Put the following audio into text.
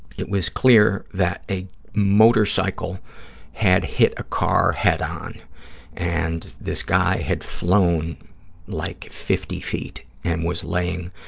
it was clear that a motorcycle had hit a car head-on and this guy had flown like fifty feet and was laying